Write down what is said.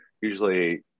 usually